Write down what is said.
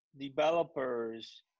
developers